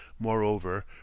Moreover